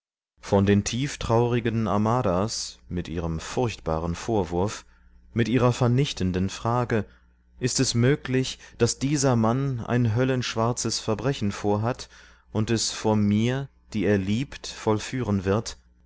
von den tieftraurigen amaras mit ihrem furchtbaren vorwurf mit ihrer vernichtenden frage ist es möglich daß dieser mann ein höllenschwarzes verbrechen vorhat und es vor mir die er liebt vollführen wird